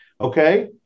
okay